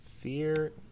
fear